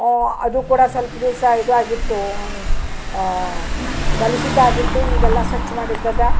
ಅದು ಕೂಡ ಸಲ್ಪ ದಿವಸ ಇದು ಆಗಿತ್ತು ಕಲುಷಿತ ಆಗಿತ್ತು ಈಗೆಲ್ಲ ಸ್ವಚ್ಛ ಮಾಡಿದ್ದದ